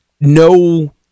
no